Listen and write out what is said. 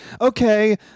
okay